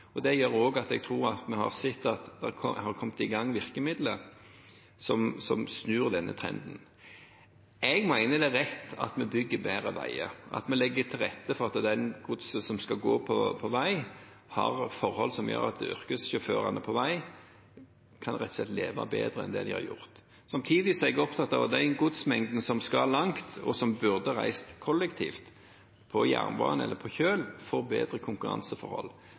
Det gjør at jeg tror vi har sett at det har kommet i gang virkemidler som snur denne trenden. Jeg mener det er rett at vi bygger bedre veier, at vi legger til rette for at det godset som skal gå på vei, har forhold som gjør at yrkessjåførene på vei rett og slett kan leve bedre enn de har gjort. Samtidig er jeg opptatt av at den godsmengden som skal langt, og som burde reist kollektivt på jernbane eller på kjøl, får bedre konkurranseforhold.